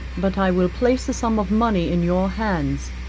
but i will place a sum of money in your hands,